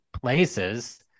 places